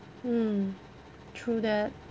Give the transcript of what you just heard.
mm true that